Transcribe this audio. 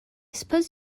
suppose